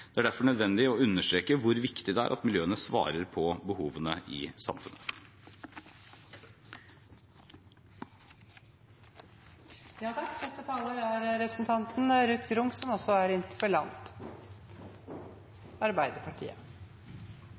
Det er derfor nødvendig å understreke hvor viktig det er at miljøene svarer på behovene i